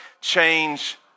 change